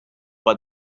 but